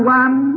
one